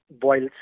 boils